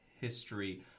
history